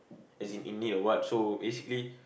as in in need or what so basically